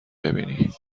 ببینی